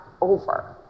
over